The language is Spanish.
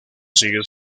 sigue